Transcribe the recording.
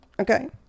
Okay